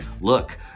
look